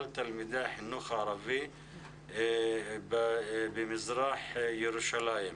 תלמידי החינוך הערבי במזרח ירושלים.